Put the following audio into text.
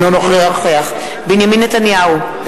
אינו נוכח בנימין נתניהו,